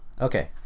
Okay